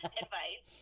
advice